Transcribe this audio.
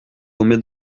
tombé